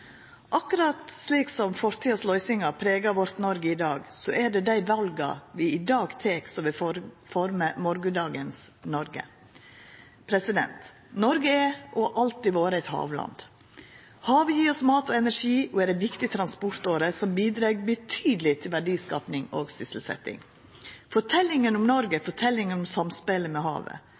Akkurat slik som løysingane frå fortida pregar Noreg i dag, er det dei vala vi tek i dag, som vil forma Noreg for morgondagen. Noreg er og har alltid vore eit havland. Havet gjev oss mat og energi og er ei viktig transportåre som bidreg betydeleg til verdiskaping og sysselsetjing. Forteljinga om Noreg er forteljinga om samspelet med havet.